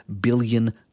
billion